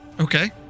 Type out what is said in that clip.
okay